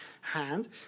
hand